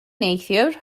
neithiwr